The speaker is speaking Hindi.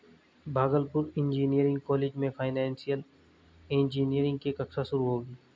भागलपुर इंजीनियरिंग कॉलेज में फाइनेंशियल इंजीनियरिंग की कक्षा शुरू होगी